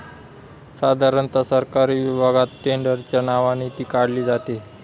साधारणता सरकारी विभागात टेंडरच्या नावाने ती काढली जाते